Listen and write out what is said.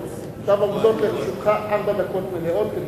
עכשיו עומדות לרשותך ארבע דקות מלאות.